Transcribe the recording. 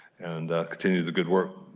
and continue the good work.